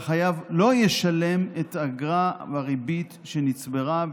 והחייב לא יישלם את האגרה והריבית שנצברה,